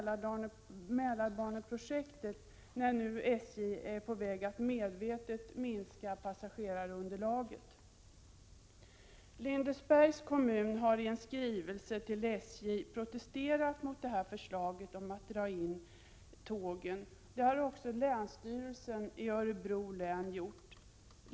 Lindesbergs kommun har i en skrivelse till SJ protesterat mot förslaget om en tågneddragning. Det har också länsstyrelsen i Örebro län gjort.